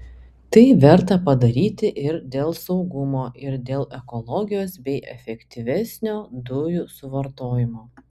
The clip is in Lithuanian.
tai verta padaryti ir dėl saugumo ir dėl ekologijos bei efektyvesnio dujų suvartojimo